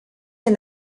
est